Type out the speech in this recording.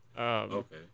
Okay